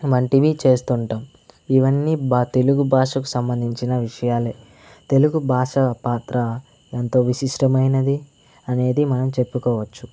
వంటివి చేస్తుంటాం ఇవన్నీ బ తెలుగు భాషకు సంబంధించిన విషయాలే తెలుగు భాష పాత్ర ఎంతో విశిష్టమైనది అనేది మనం చెప్పుకోవచ్చు